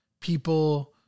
people